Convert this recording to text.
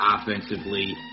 offensively